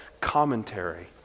commentary